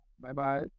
Bye-bye